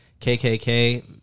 kkk